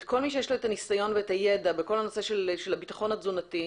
את כל מי שיש לו את הניסיון ואת הידע בכל הנושא של הביטחון התזונתי,